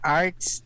arts